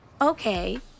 okay